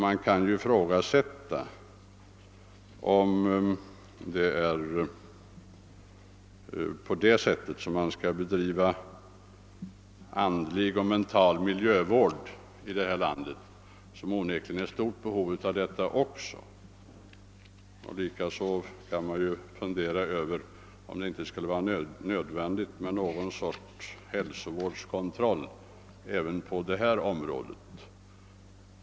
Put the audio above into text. Det kan ju ifrågasättas, om det är på detta sätt man bör driva andlig och mental miljövård, som det onekligen finns stort behov av. Likaså kan vi fundera över om det inte skulle behövas någon sorts hälsokontroll även på detta område.